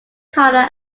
color